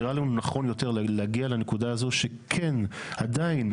נראה לי נכון יותר להגיע לנקודה הזו שכן עיין,